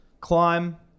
climb